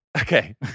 okay